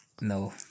no